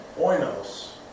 Oinos